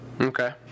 Okay